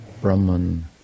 Brahman